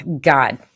God